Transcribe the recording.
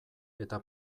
eta